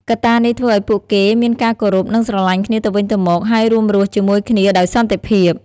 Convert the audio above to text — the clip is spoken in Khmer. កត្តានេះធ្វើឲ្យពួកគេមានការគោរព និងស្រឡាញ់គ្នាទៅវិញទៅមក ហើយរួមរស់ជាមួយគ្នាដោយសន្តិភាព។